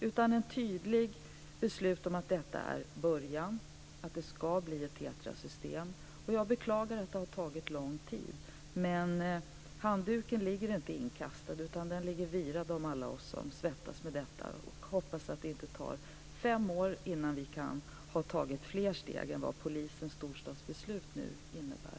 Det blir ett tydligt beslut om att detta är början, att det ska bli ett TETRA-system. Jag beklagar att det har tagit lång tid. Men handduken ligger inte inkastad, den ligger virad om alla oss som svettas med detta och hoppas att det inte tar fem år innan vi kan ha tagit fler steg än polis och storstadsbeslut nu innebär.